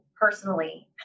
personally